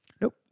Nope